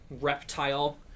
reptile